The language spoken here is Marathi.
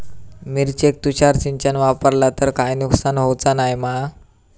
मिरचेक तुषार सिंचन वापरला तर काय नुकसान होऊचा नाय मा?